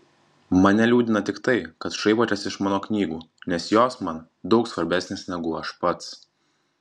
mane liūdina tik tai kad šaipotės iš mano knygų nes jos man daug svarbesnės negu aš pats